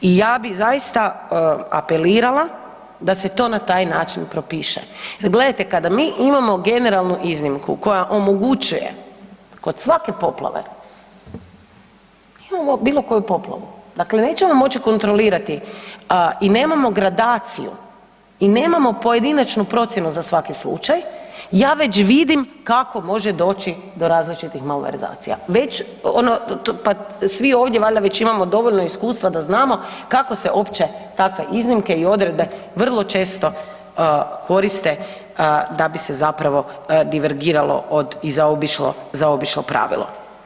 I ja bih zaista apelirala da se to na taj način propiše jer gledajte kada mi imamo generalnu iznimku koja omogućuje kod svake poplave, imamo bilo koju poplavu, dakle nećemo moći kontrolirati i nemamo gradaciju i nemamo pojedinačnu procjenu za svaki slučaj, ja već vidim kako može doći do različitih malverzacija, već ono pa svi ovdje valjda već imamo dovoljno iskustva da znamo kako se uopće takve iznimke i odredbe vrlo često koriste da bi se zapravo divergiralo i zaobišlo pravilo.